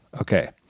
okay